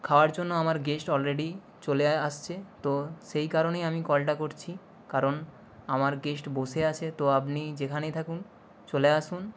খাওয়ার জন্য আমার গেস্ট অলরেডি চলে আসছে তো সেই কারণেই আমি কলটা করছি কারণ আমার গেস্ট বসে আছে তো আপনি যেখানেই থাকুন চলে আসুন